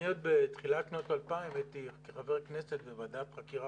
אני עוד בתחילת שנות האלפיים הייתי כחבר כנסת בוועדת חקירה